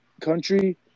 country